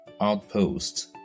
outposts